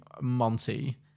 monty